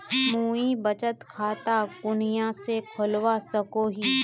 मुई बचत खता कुनियाँ से खोलवा सको ही?